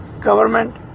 government